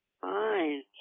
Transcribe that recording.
Fine